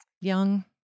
Young